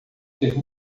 ter